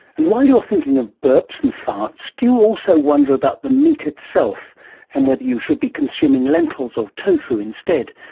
and while you're thinking of burps and farts, do you also wonder about the meat itself and whether you should be consuming lentils or tofu instead,